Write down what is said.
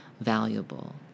valuable